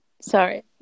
sorry